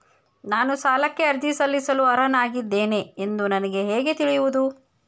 ನಾನು ಸಾಲಕ್ಕೆ ಅರ್ಜಿ ಸಲ್ಲಿಸಲು ಅರ್ಹನಾಗಿದ್ದೇನೆ ಎಂದು ನನಗೆ ಹೇಗೆ ತಿಳಿಯುವುದು?